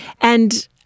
And-